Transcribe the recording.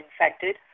infected